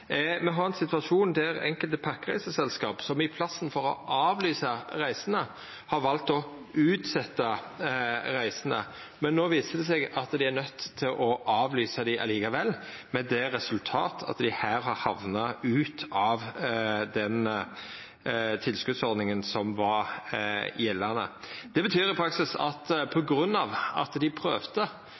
Me har ein situasjon der enkelte pakkereiseselskap, som i staden for å avlysa reisene, har valt å utsetja reisene. Men no viser det seg at dei er nøydde til å avlysa dei likevel med det resultat at dei har hamna utanfor den tilskotsordninga som var gjeldande. Det betyr i praksis at på grunn av at dei prøvde